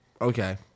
Okay